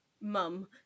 mum